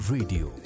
Radio